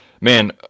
man